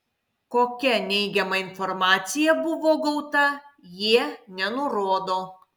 kokia neigiama informacija buvo gauta jie nenurodo